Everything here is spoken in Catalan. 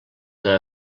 que